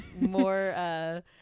more